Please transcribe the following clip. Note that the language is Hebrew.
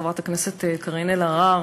חברת הכנסת קארין אלהרר,